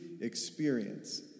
experience